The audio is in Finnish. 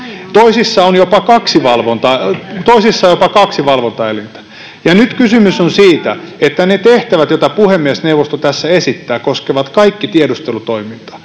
Toisissa on jopa kaksi valvontaelintä. Nyt kysymys on siitä, että ne tehtävät, joita puhemiesneuvosto tässä esittää, koskevat kaikki tiedustelutoimintaa.